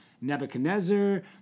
Nebuchadnezzar